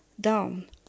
down